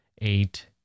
eight